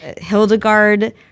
Hildegard